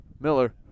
Miller